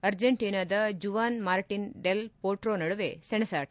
ಅರ್ಜೆಂಟೀನಾದ Juan Martin del Potro ನಡುವೆ ಸೆಣಸಾಟ